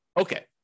Okay